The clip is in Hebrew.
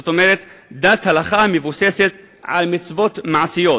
זאת אומרת דת הלכה המבוססת על מצוות מעשיות,